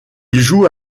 joue